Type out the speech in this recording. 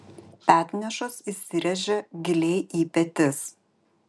petnešos įsiręžia giliai į petis